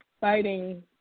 fighting